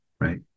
right